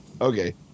Okay